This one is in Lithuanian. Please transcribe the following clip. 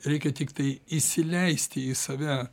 reikia tiktai įsileisti į save